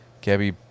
Gabby